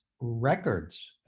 records